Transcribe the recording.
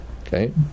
okay